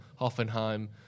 Hoffenheim